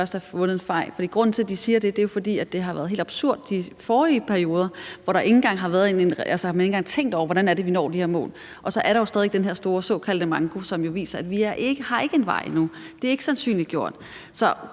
de siger det, er, at det har været helt absurd de forrige perioder, hvor man ikke engang har tænkt over, hvordan vi når de her mål. Og så er der jo stadig væk den her store såkaldte manko, som viser, at vi ikke har en vej endnu – det er ikke sandsynliggjort.